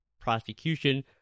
prosecution